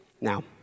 Now—